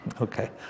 Okay